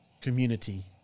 community